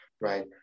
right